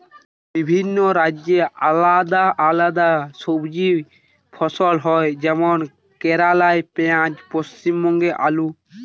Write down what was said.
বিভিন্ন রাজ্যে আলদা আলদা সবজি ফসল হয় যেমন কেরালাই পিঁয়াজ, পশ্চিমবঙ্গে আলু